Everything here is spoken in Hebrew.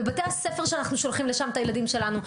בבתי הספר, שאנחנו שולחים לשם את הילדים שלנו.